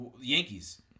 Yankees